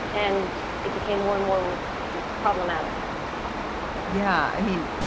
and it became more and more problematic yeah, i mean,